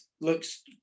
looks